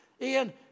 Ian